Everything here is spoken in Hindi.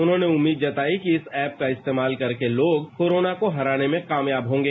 उन्होंने उम्मीद जताई कि इस ऐप का इस्तेमाल करके लोग कोरोना को हराने में कामयाब होंगे